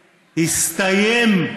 הסתיים,